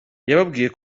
yababwiye